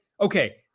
okay